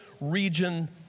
region